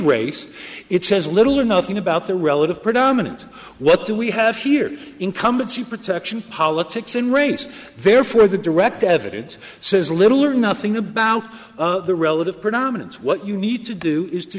race it says little or nothing about the relative predominant what do we have here incumbency protection politics and race therefore the direct evidence says little or nothing about the relative predominance what you need to do is to